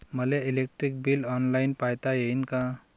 मले electric bill online पायता येईन का?